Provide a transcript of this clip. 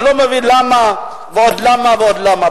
אני לא מבין למה, ועוד למה ועוד למה.